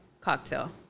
cocktail